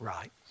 Right